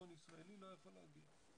צריך לטפל בזה.